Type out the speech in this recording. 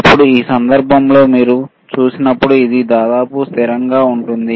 ఇప్పుడు ఈ సందర్భంలో మీరు చూసినప్పుడు ఇది దాదాపు స్థిరంగా ఉంటుంది